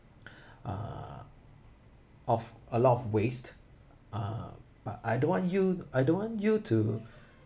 uh of a lot of waste uh but I don't want you I don't want you to